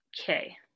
Okay